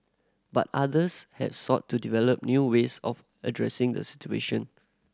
but others have sought to develop new ways of addressing the situation